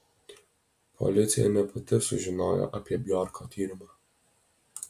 policija ne pati sužinojo apie bjorko tyrimą